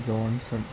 Johnson